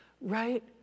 right